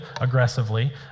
aggressively